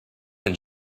than